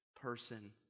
person